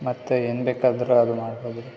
ಮತ್ತು ಏನು ಬೇಕಾದರು ಅದು ಮಾಡ್ಬೋದು